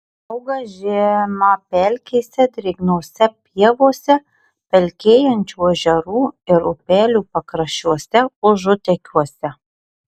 auga žemapelkėse drėgnose pievose pelkėjančių ežerų ir upelių pakraščiuose užutekiuose